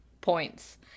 points